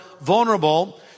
vulnerable